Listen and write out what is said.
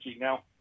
Now